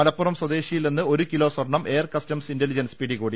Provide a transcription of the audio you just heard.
മല പ്പുറം സ്വദേശിയിൽ നിന്ന് ഒരു കിലോ സ്വർണം എയർ കസ്റ്റംസ് ഇന്റലിജൻസ് പിടികൂടി